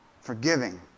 forgiving